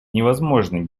невозможны